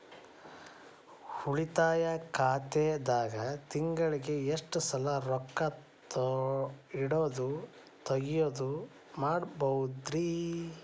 ಉಳಿತಾಯ ಖಾತೆದಾಗ ತಿಂಗಳಿಗೆ ಎಷ್ಟ ಸಲ ರೊಕ್ಕ ಇಡೋದು, ತಗ್ಯೊದು ಮಾಡಬಹುದ್ರಿ?